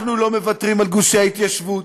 אנחנו לא מוותרים על גושי ההתיישבות,